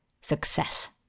success